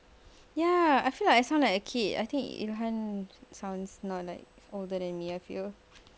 ya I feel like I sound like a kid I think inhan sounds not like older than me I feel